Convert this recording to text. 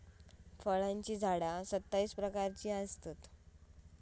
फळांची झाडा सत्तावीस प्रकारची असतत